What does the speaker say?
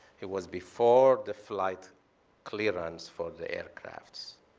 it was before the flight clearings for the aircrafts.